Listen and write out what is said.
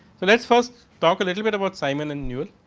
so, let us first talk a little bit about simon and newell.